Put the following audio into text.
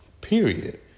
period